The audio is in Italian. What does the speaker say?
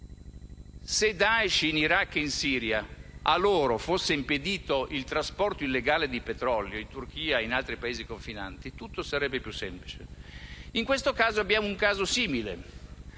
al Daesh in Iraq e Siria fosse impedito il trasporto illegale di petrolio in Turchia e in altri Paesi confinanti, tutto sarebbe più semplice. In questa circostanza, abbiamo un caso simile: